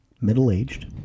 middle-aged